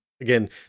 Again